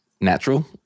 natural